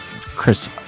chris